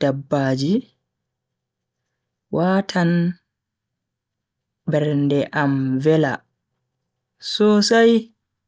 dabbaji watan bernde am vela sosai.